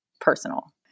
personal